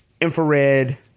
infrared